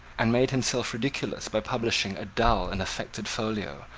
and made himself ridiculous by publishing a dull and affected folio,